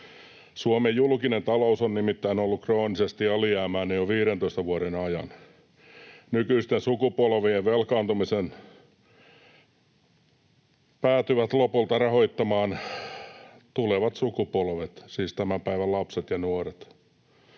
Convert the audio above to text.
Suomen julkinen talous on nimittäin ollut kroonisesti alijäämäinen jo 15 vuoden ajan. Nykyisten sukupolvien velkaantumisen päätyvät lopulta rahoittamaan tulevat sukupolvet, siis tämän päivän lapset ja nuoret.